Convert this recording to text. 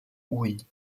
oui